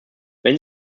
wenn